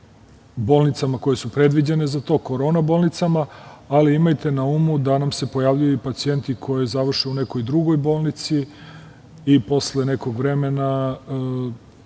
bolnicama koje su predviđene za to, korona bolnicama, ali imajte na umu da se pojavljuju pacijenti koji završe u nekoj drugoj bolnici i posle nekog vremena